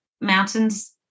mountains